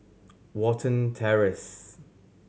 Watten Terrace